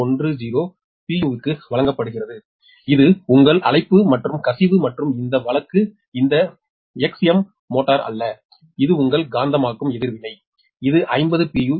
10 pu க்கு வழங்கப்படுகிறது இது உங்கள் அழைப்பு மற்றும் கசிவு மற்றும் இந்த வழக்கு இந்த எக்ஸ்எம் மோட்டார் அல்ல இது உங்கள் காந்தமாக்கும் எதிர்வினை இது 50 p